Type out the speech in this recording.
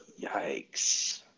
Yikes